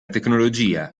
tecnologia